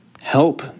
Help